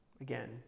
again